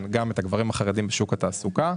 גם את הגברים החרדים בשוק התעסוקה.